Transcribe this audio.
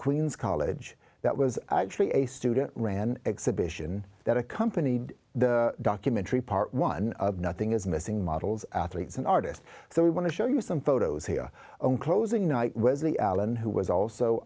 queens college that was actually a student ran an exhibition that accompanied the documentary part one nothing is missing models athletes and artists so we want to show you some photos here on closing night was the alan who was also